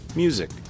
music